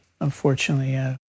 unfortunately